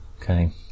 Okay